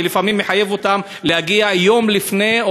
ולפעמים זה מחייב אותם להגיע יום לפני,